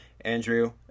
andrew